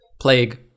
Plague